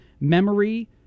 memory